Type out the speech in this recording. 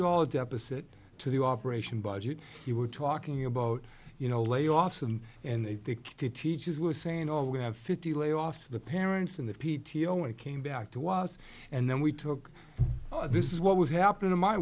dollars deficit to the operation budget you were talking about you know layoffs and and take the teachers were saying oh we have fifty layoffs of the parents in the p t o and came back to was and then we took this is what was happening in my